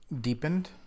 deepened